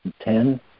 Ten